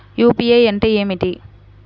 UPI అంటే ఏమిటి?